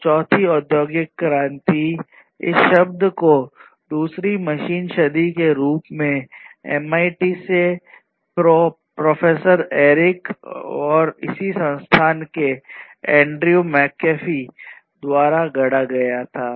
तो चौथी औद्योगिक क्रांति इस शब्द को दूसरी मशीन सदी के रूप में MIT से प्रो एरिक और इसी संस्थान के एंड्रयू मैकफी द्वारा गढ़ा गया था